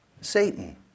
Satan